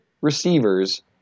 receivers